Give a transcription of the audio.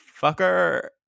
fucker